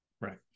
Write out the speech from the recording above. Right